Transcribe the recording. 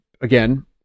again